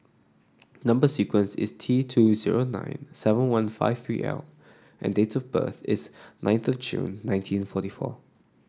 number sequence is T two zero nine seven one five three L and date of birth is nine of June nineteen forty four